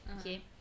okay